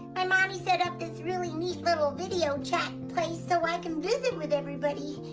my mommy set up this really neat little video chat thing so i can visit with everybody.